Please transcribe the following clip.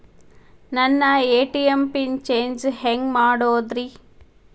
ನನ್ನ ATM PIN change ಹೆಂಗ್ ಮಾಡೋದ್ರಿ?